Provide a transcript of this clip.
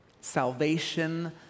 salvation